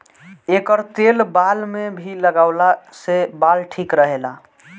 एकर तेल बाल में भी लगवला से बाल ठीक रहेला